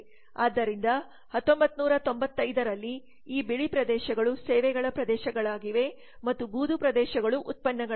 ಆದ್ದರಿಂದ 1995 ರಲ್ಲಿ ಈ ಬಿಳಿ ಪ್ರದೇಶಗಳು ಸೇವೆಗಳ ಪ್ರದೇಶಗಳಾಗಿವೆ ಮತ್ತು ಬೂದು ಪ್ರದೇಶಗಳು ಉತ್ಪನ್ನಗಳಾಗಿವೆ